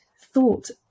thought